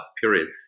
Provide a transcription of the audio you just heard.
period